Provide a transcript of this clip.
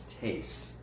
taste